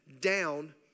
down